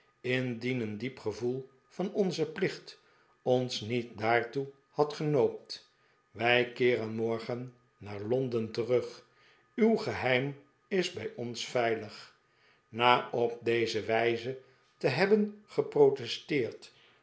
een diep gevoel van onzen plicht ons niet daartoe had genoopt wij keeren morgen naar londen terug uw geheim is bij ons veilig na op deze wijze te hebben geprotesteerd